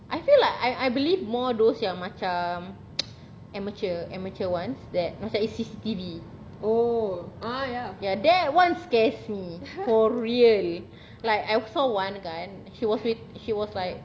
I feel like I I believe more those yang macam amateur amateur ones that macam a C_C_T_V that [one] scares me for real like I saw one kan and he was like